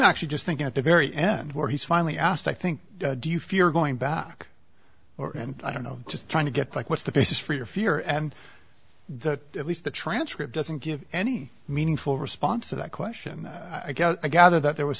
actually just thinking at the very end where he's finally asked i think do you fear going back or am i don't know just trying to get like what's the basis for your fear and that at least the transcript doesn't give any meaningful response to that question i guess i gather that there was